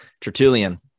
Tertullian